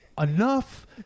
enough